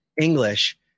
English